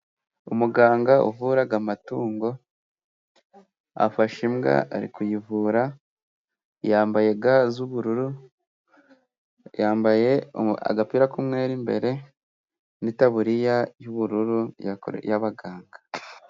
Umuganga uvura amatungo, afashe imbwa ari kuyivura, yambaye ga z'ubururu, yambaye agapira k'umweru imbere, n'itaburiya y'ubururu y'abaganga.